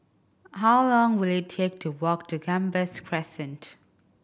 how long will it take to walk to Gambas Crescent